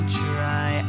try